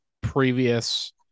previous